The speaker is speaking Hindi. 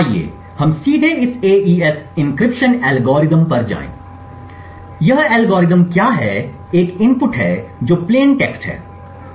आइए हम सीधे इस एईएस एन्क्रिप्शन एल्गोरिथ्म पर जाएं इसलिए यह एल्गोरिथ्म क्या है एक इनपुट है जो प्लेन टेक्स्ट है